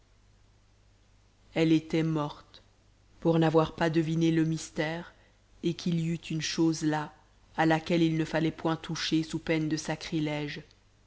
elle était morte pour n'avoir pas deviné le mystère et qu'il y eût une chose là à laquelle il ne fallait point toucher sous peine de sacrilège